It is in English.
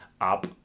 up